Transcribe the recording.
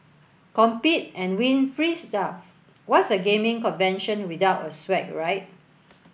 compete and win free stuff what's a gaming convention without swag right